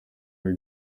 hari